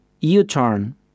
U-turn